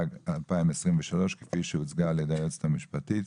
התשפ"ג-2023 כפי שהוצגה על ידי היועצת המשפטית.